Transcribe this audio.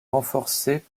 renforcée